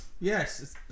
Yes